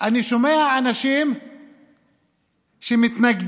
איזה מענה נותנים 36 שרים, 16 סגני